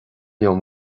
liom